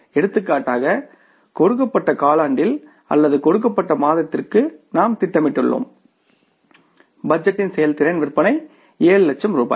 எடுத்துக்காட்டாக கொடுக்கப்பட்ட காலாண்டில் அல்லது கொடுக்கப்பட்ட மாதத்திற்கு நாம் திட்டமிட்டுள்ளோம் பட்ஜெட்டின் செயல்திறன் விற்பனை 7 லட்சம் ரூபாய்